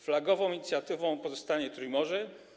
Flagową inicjatywą pozostanie Trójmorze.